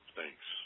thanks